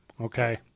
Okay